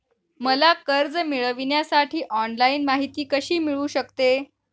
मला कर्ज मिळविण्यासाठी ऑनलाइन माहिती कशी मिळू शकते?